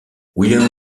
william